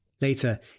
Later